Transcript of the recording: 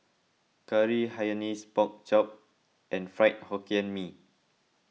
Curry Hainanese Pork Chop and Fried Hokkien Mee